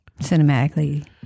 cinematically